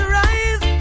rise